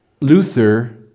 Luther